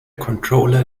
controller